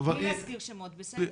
בלי להזכיר שמות.